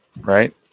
Right